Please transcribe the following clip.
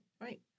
Right